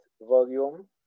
volume